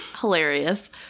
hilarious